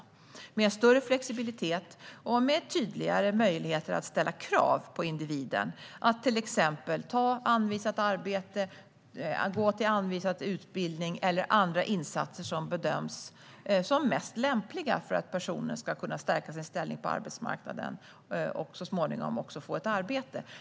Det innebär större flexibilitet och tydligare möjligheter att ställa krav på individen att till exempel ta anvisat arbete, gå till anvisad utbildning eller andra insatser som bedöms som mest lämpliga för att personen ska kunna stärka sin ställning på arbetsmarknaden och så småningom också få ett arbete.